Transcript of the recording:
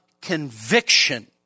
conviction